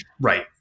Right